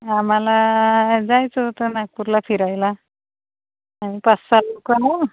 आम्हाला जायचं होतं नागपूरला फिरायला आम्ही पाचसहा लोक आहोत